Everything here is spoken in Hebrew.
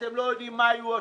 אתם לא יודעים מה יהיו ההשלכות,